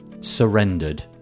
surrendered